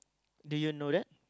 do you know that